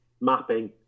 mapping